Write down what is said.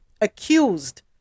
accused